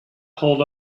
hold